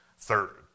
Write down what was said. third